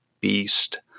beast